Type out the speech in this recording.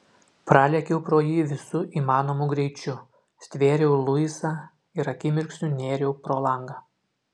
pralėkiau pro jį visu įmanomu greičiu stvėriau luisą ir akimirksniu nėriau pro langą